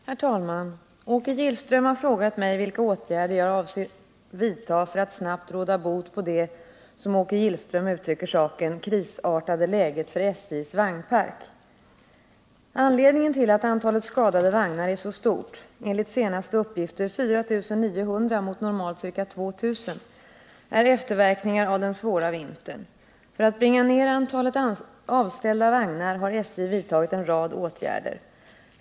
Herr talman! Äke Gillström har frågat mig vilka åtgärder jag avser att vidta för att snabbt råda bot på det, som Åke Gillström uttrycker saken, krisartade läget för SJ:s vagnpark. Anledningen till att antalet skadade vagnar är så stort — enligt senaste uppgifter 4 900 mot normalt ca 2000 — är efterverkningar av den svåra vintern. För att bringa ned antalet avställda vagnar har SJ vidtagit en rad åtgärder.